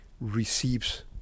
receives